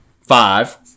Five